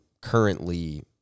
currently